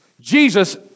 Jesus